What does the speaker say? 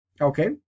Okay